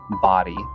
body